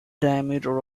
diameter